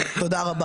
תודה.